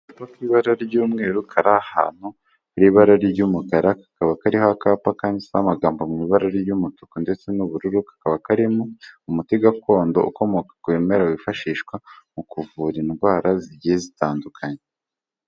Agacupa k'ibara ry'umweru kari ahantu hari ibara ry'umukara kakaba kariho akapa kanditseho amagambo mu ibara ry'umutuku ndetse n'ubururu kakaba karimo umuti gakondo ukomoka ku bimera, wifashishwa mu kuvura indwara zigiye zitandukanye.